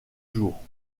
jours